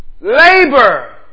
Labor